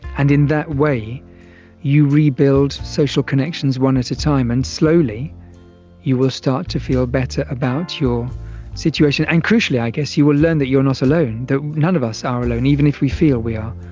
and in that way you rebuild social connections one at a time, and slowly you will start to feel better about your situation. and crucially i guess you will learn that you're not alone, that none of us ah are alone, even if we feel we are,